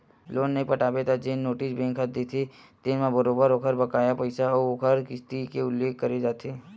loan नइ पटाबे त जेन नोटिस बेंक ह देथे तेन म बरोबर ओखर बकाया पइसा अउ ओखर किस्ती के उल्लेख करे जाथे